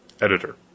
Editor